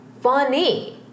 funny